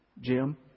Jim